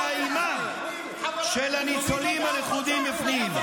----- סיפורי הזוועה והאימה של הניצולים הלכודים בפנים.